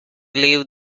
leave